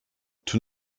tous